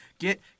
Get